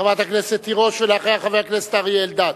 חברת הכנסת תירוש, ואחריה, חבר הכנסת אריה אלדד.